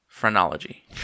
Phrenology